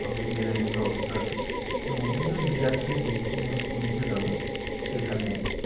সবই ট্রেনের ব্যবস্থা আছে যেমন দীঘা থেকে দিঘ পুরীতে যাবো সেখানে